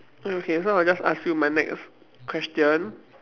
oh okay so I just ask you my next question